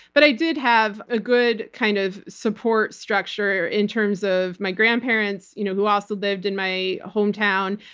but i did have a good kind of support structure in terms of my grandparents, you know who also lived in my hometown,